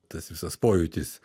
tas visas pojūtis